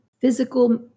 physical